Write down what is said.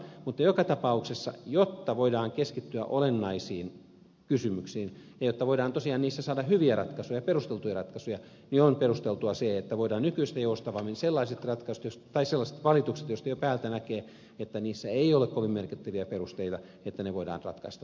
mutta joka tapauksessa jotta voidaan keskittyä olennaisiin kysymyksiin ja jotta voidaan tosiaan niissä saada hyviä ja perusteltuja ratkaisuja niin on perusteltua se että voidaan nykyistä joustavammin sellaiset valitukset joista jo päältä näkee että niissä ei ole kovin merkittäviä perusteita ratkaista nopeasti